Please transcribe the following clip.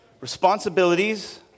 Responsibilities